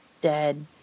dead